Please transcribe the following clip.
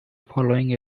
following